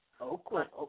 Oakland